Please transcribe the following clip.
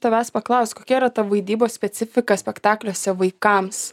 tavęs paklausti kokia yra ta vaidybos specifika spektakliuose vaikams